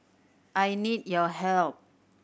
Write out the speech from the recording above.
I need your help